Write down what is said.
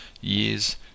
years